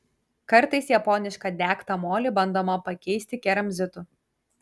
kartais japonišką degtą molį bandoma pakeisti keramzitu